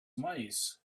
mice